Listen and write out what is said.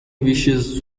wishes